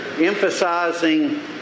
emphasizing